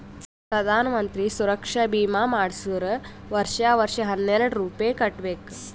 ಪ್ರಧಾನ್ ಮಂತ್ರಿ ಸುರಕ್ಷಾ ಭೀಮಾ ಮಾಡ್ಸುರ್ ವರ್ಷಾ ವರ್ಷಾ ಹನ್ನೆರೆಡ್ ರೂಪೆ ಕಟ್ಬಬೇಕ್